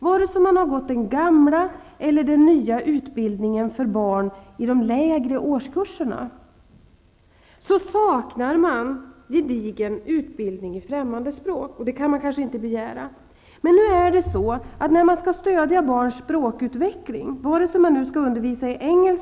Vare sig man har gått den gamla eller den nya lärarutbildningen för barn i de lägre årskurserna saknar man gedigen utbildning i främmande språk, och någon sådan kan vi kanske inte heller begära. I barnens språkmiljö förekommer det en väldans massa utländska ord.